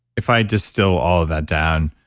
if i distill all that down,